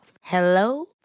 Hello